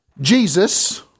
Jesus